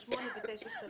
בני שמונה ותשע שנים,